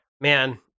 Man